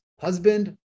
husband